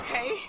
Hey